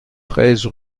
treize